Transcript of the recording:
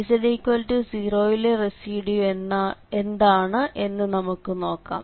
z0 യിലെ residue എന്താണ് എന്ന് നമുക്ക് നോക്കാം